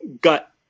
gut